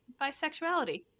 bisexuality